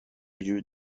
lieu